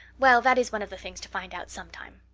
well, that is one of the things to find out sometime.